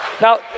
Now